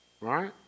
Right